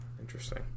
Interesting